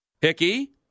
Hickey